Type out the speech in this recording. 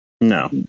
No